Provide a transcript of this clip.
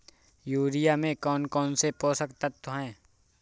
Urea में कौन कौन से पोषक तत्व है?